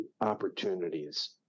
opportunities